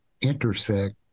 intersect